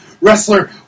wrestler